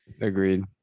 agreed